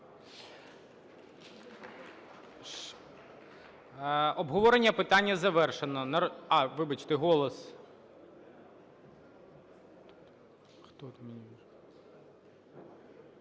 Обговорення питання завершено.